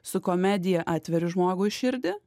su komedija atveriu žmogui širdį